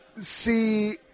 see